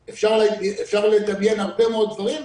אפשר לדמיין כל מיני דברים.